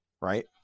Right